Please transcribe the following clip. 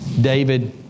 David